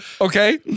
Okay